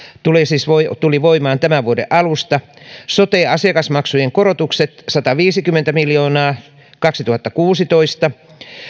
tuli siis voimaan tämän vuoden alusta sote asiakasmaksujen korotukset sataviisikymmentä miljoonaa kaksituhattakuusitoista